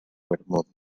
bermúdez